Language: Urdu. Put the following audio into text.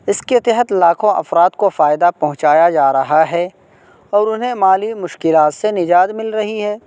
اس کے تحت لاکھوں افراد کو فائدہ پہنچایا جا رہا ہے اور انہیں مالی مشکلات سے نجات مل رہی ہے